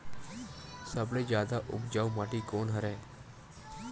सबले जादा उपजाऊ माटी कोन हरे?